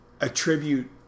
attribute